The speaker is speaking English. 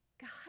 God